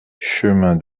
chemin